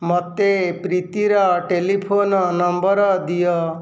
ମୋତେ ପ୍ରୀତିର telephone number ଦିଅ